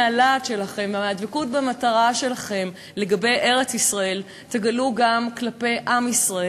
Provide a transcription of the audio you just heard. מהלהט שלכם ומהדבקות במטרה שלכם לגבי ארץ-ישראל תגלו גם כלפי עם ישראל,